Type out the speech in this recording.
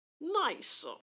Nice